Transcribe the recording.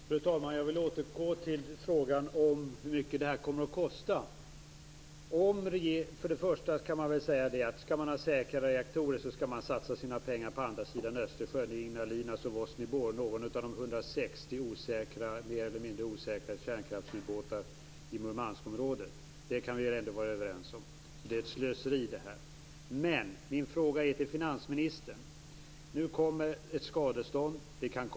Fru talman! Jag vill återgå till frågan om hur mycket det här kommer att kosta. Skall man åstadkomma säkra reaktorer skall man satsa sina pengar på andra sidan Östersjön i Ignalina och Sosnovy Bor eller någon av de 160 mer eller mindre osäkra kärnkraftsutbåtarna i Murmanskområdet. Det kan vi väl ändå vara överens om. Detta är ett slöseri. Min fråga är till finansministern. Nu kommer ett skadestånd att betalas ut.